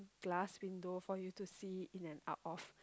glass window for you to see in and out of